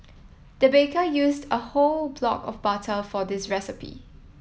the baker used a whole block of butter for this recipe